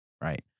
right